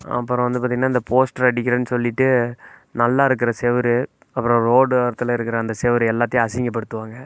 அப்புறம் வந்து பாத்தோனா இந்த போஸ்டர் அடிக்கிறேன்னு சொல்லிவிட்டு நல்லாருக்கிற சுவுரு அப்புறம் ரோடு ஓரத்தில் இருக்கிற அந்த சுவுரு எல்லாத்தையும் அசிங்கப்படுத்துவாங்க